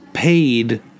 Paid